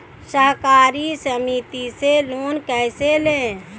सहकारी समिति से लोन कैसे लें?